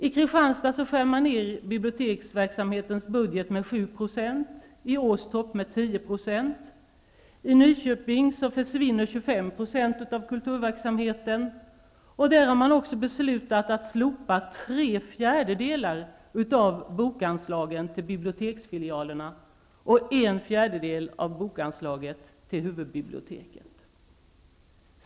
I Kristianstad skär man ned biblioteksverksamhetens budget med 7 %, i Åstorp med 10 %. I Nyköping försvinner 25 % av kulturverksamheten. Där har man också beslutat att slopa tre fjärdedelar av bokanslaget till biblioteksfilialerna och en fjärdedel av bokanslaget till huvudbiblioteket.